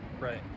Right